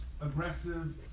aggressive